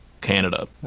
Canada